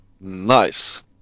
Nice